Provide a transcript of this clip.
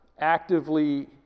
actively